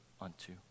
unto